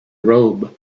robe